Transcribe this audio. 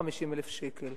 1.15 מיליון שקלים,